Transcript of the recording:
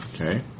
Okay